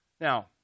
Now